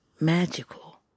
magical